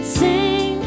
sing